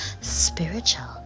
Spiritual